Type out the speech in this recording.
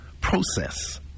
process